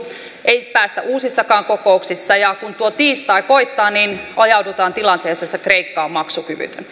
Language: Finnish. ei päästä uusissakaan kokouksissa ja kun tuo tiistai koittaa niin ajaudutaan tilanteeseen jossa kreikka on maksukyvytön